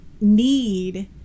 need